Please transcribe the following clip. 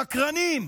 שקרנים,